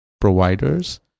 providers